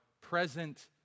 present